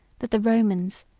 that the romans,